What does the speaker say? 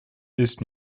ist